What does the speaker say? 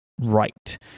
right